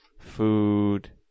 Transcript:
food